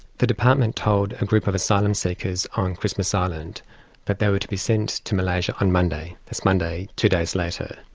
the department told a group of asylum seekers on christmas island but that they were to be sent to malaysia on monday, this monday, two days later.